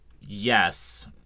yes